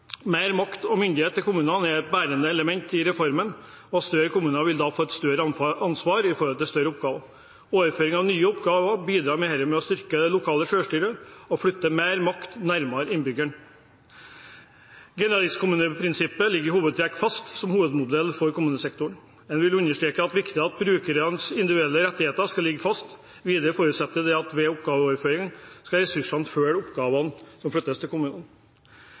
Mer makt og myndighet til kommunene er et bærende element i reformen, og større kommuner vil da få et større ansvar når det gjelder større oppgaver. Overføring av nye oppgaver bidrar med dette til å styrke det lokale selvstyret og flytte mer makt nærmere innbyggerne. Generalistkommuneprinsippet ligger i hovedtrekk fast som hovedmodell for kommunesektoren. En vil understreke at det er viktig at brukernes individuelle rettigheter skal ligge fast. Videre forutsettes det ved oppgaveoverføring at ressursene følger oppgaver som flyttes til kommunene.